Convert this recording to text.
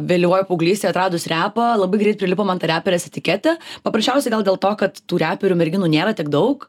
vėlyvoj paauglystėj atradus repą labai greit prilipo man ta reperės etiketė paprasčiausiai gal dėl to kad tų reperių merginų nėra tiek daug